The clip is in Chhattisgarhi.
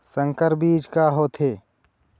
संकर बीज का होथे?